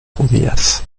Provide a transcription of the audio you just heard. judías